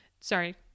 Sorry